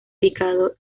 picado